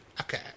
Okay